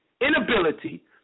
inability